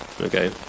okay